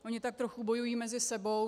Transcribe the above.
Ony tak trochu bojují mezi sebou.